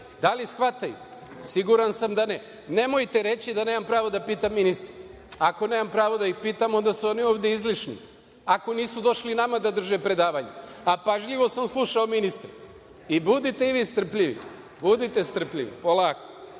da li shvataju? Siguran sam da ne. Nemojte reći da nemam pravo da pitam ministra. Ako nemam pravo da ih pitam, onda su oni ovde izlišni, ako nisu došli nama da drže predavanja, a pažljivo sam slušao ministre. Budite i vi strpljivi, polako.